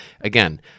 again